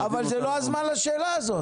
--- אבל זה לא הזמן לשאלה הזאת.